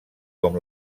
com